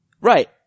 Right